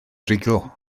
rhugl